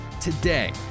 Today